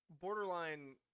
Borderline